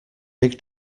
big